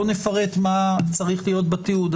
בואו נפרט מה צריך להיות בתיעוד.